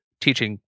teaching